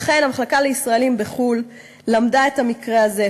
לכן המחלקה לישראלים בחו"ל למדה את המקרה הזה,